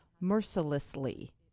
mercilessly